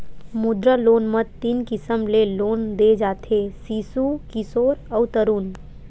मुद्रा लोन म तीन किसम ले लोन दे जाथे सिसु, किसोर अउ तरून